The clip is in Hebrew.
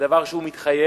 זה דבר שהוא מתחייב,